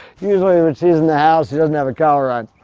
usually when she's in the house she doesn't have a collar on.